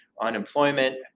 unemployment